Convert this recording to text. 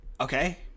okay